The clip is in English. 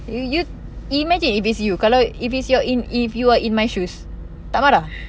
you imagine if it's you kalau if it's your if you are in my shoes tak marah